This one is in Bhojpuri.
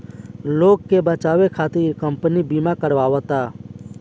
लोग के बचावे खतिर कम्पनी बिमा करावत बा